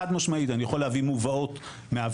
חד משמעית אני יכול להביא מובאות מהוועדה,